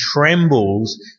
trembles